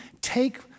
take